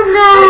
no